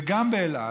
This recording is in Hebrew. וגם באל על,